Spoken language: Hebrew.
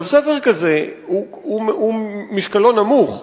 ספר כזה, משקלו נמוך,